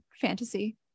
fantasy